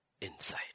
inside